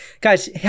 Guys